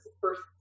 first